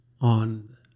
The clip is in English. on